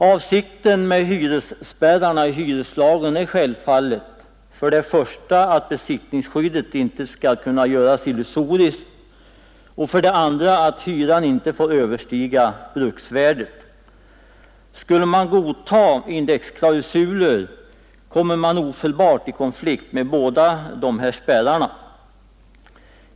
Avsikten med hyresspärrarna i hyreslagen är självfallet för det första att besittningsskyddet inte skall kunna göras illusoriskt och för det andra att hyran inte får överstiga bruksvärdet, Skulle man godta indexklausuler, kommer man ofelbart i konflikt med båda dessa spärrar.